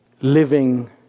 Living